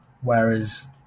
whereas